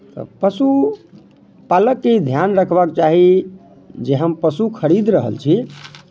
तऽ पशुपालककेँ ई ध्यान रखबाक चाही जे हम पशु खरीद रहल छी